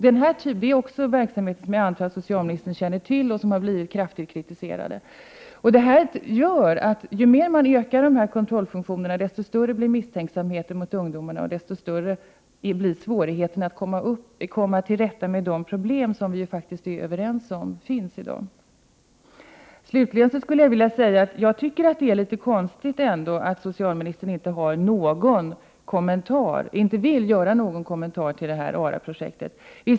Detta är verksamheter som jag antar att socialministern känner till, och de har blivit kraftigt kritiserade. Ju mer man ökar dessa kontrollfunktioner, desto större blir misstänksamheten mot ungdomarna och svårigheterna att komma till rätta med de problem som vi är överens om finns i dag. Jag vill slutligen säga att jag tycker det är litet konstigt att socialministern inte vill göra någon kommentar till ARA-projektet.